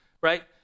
Right